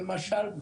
למשל,